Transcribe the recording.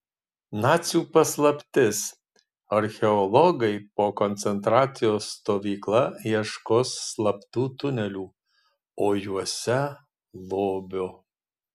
nacių paslaptis archeologai po koncentracijos stovykla ieškos slaptų tunelių o juose lobio